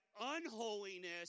unholiness